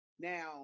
now